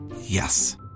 Yes